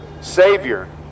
Savior